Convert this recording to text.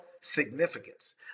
significance